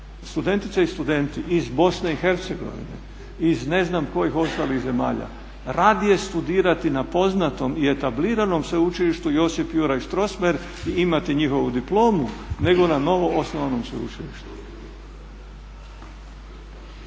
studentice i studenti iz BiH, iz ne znam kojih ostalih zemalja, radije studirati na poznatom i etabliranom Sveučilištu Josip Juraj Strossmayer i imati njihovu diplomu nego na novoosnovanom sveučilištu.